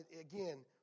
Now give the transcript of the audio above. again